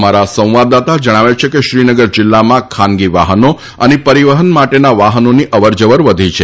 અમારા સંવાદદાતા જણાવે છે કે શ્રીનગર જિલ્લામાં ખાનગી વાહનો અને પરિવહન માટેના વાહનોની અવરજવર વધી છે